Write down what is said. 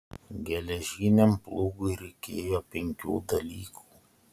geležiniam plūgui reikėjo penkių dalykų